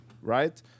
right